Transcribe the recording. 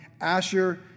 Asher